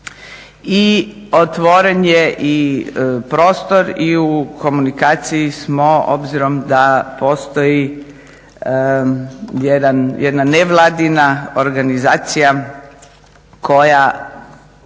i otvoren je i prostor i u komunikaciji smo obzirom da postoji jedna nevladina organizacija koju